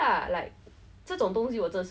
cause like very lucky lah but